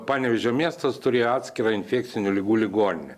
panevėžio miestas turėjo atskirą infekcinių ligų ligoninę